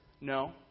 no